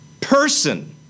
person